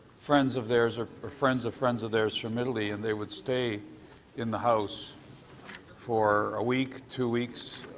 friends of theirs or or friends of friends of theres from italy and they would stay in the house for a week, two weeks